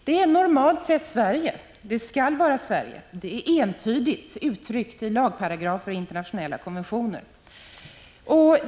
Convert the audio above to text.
Det är normalt sett Sverige, och det skall vara Sverige. Detta är entydigt uttryckt i lagparagrafer och internationella konventioner.